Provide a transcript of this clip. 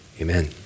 amen